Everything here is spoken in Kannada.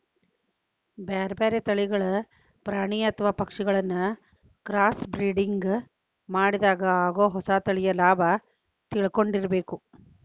ಬ್ಯಾರ್ಬ್ಯಾರೇ ತಳಿಗಳ ಪ್ರಾಣಿ ಅತ್ವ ಪಕ್ಷಿಗಳಿನ್ನ ಕ್ರಾಸ್ಬ್ರಿಡಿಂಗ್ ಮಾಡಿದಾಗ ಆಗೋ ಹೊಸ ತಳಿಯ ಲಾಭ ತಿಳ್ಕೊಂಡಿರಬೇಕು